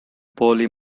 poorly